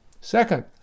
Second